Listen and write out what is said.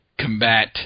combat